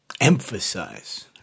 emphasize